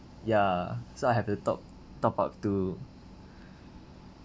ya so I have to top top up two